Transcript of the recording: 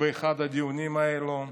באחד הדיונים האלה,